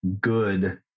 good